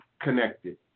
connected